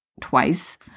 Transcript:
twice